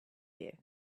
year